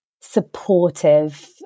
supportive